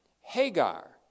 Hagar